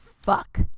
fuck